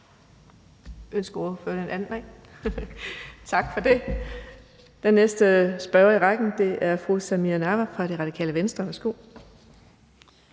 Ønsker ordføreren en anden kort bemærkning? Nej. Tak for det. Den næste spørger i rækken er fru Samira Nawa fra Radikale Venstre.